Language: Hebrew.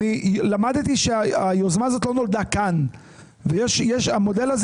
למדתי שהיוזמה הזאת לא נולדה כאן והמודל הזה